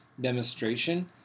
demonstration